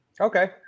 Okay